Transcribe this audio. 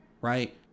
right